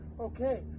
okay